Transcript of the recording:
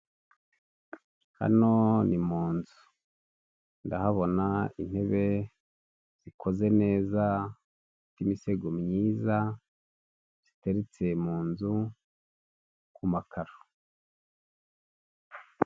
Hano ni mu nzu, ndahabona intebe zikoze neza, zifite imisego myiza ziteritse mu nzu ku makararo.